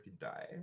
die